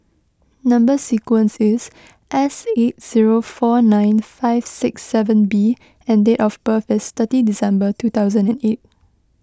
Number Sequence is S eight zero four nine five six seven B and date of birth is thirty December two thousand and eight